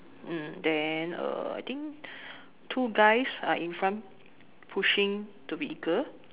mm then uh I think two guys are in front pushing the vehicle